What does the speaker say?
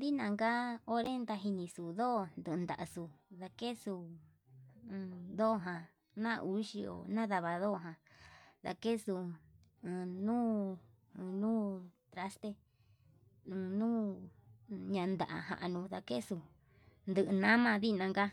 Dinanka onre yanixuu ndó ndundaxu kexuu ndoján, nauxhio nana ndoján kexuu anuu anuu taxte anduu nanaján januu ndakenxu ndunama ndinanka